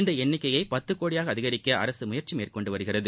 இந்த எண்ணிக்கையை பத்து கோடியாக அதிகரிக்க அரசு முயற்சி மேற்கொண்டுள்ளது